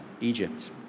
Egypt